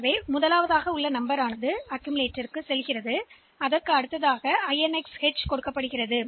எனவே முதல் எண்ணை குவிப்பானுக்குள் பெறுவோம் பின்னர் INX H இது அதிகரிக்கும் நினைவக சுட்டிக்காட்டி